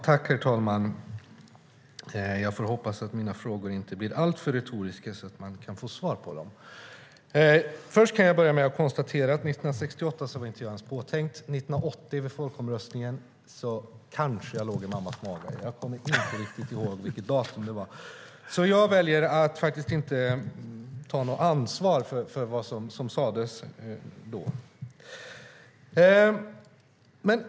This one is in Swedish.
Herr talman! Jag får hoppas att mina frågor inte blir alltför retoriska så att jag kan få svar på dem. Jag kan börja med att konstatera att 1968 var jag inte ens påtänkt. Vid folkomröstningen 1980 kanske jag låg i mammas mage - jag kommer inte riktigt ihåg vilket datum den var. Jag väljer därför att inte ta något ansvar för vad som sades då.